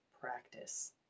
practice